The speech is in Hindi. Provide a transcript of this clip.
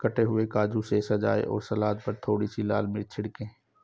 कटे हुए काजू से सजाएं और सलाद पर थोड़ी सी लाल मिर्च छिड़कें